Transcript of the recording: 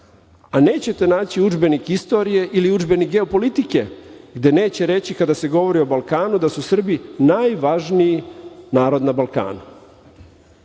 a nećete naći udžbenik istorije ili udžbenik geopolitike gde neće reći kada se govori o Balkanu da su Srbi najvažniji narod na Balkanu,